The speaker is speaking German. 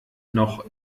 noch